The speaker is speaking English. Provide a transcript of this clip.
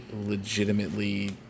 legitimately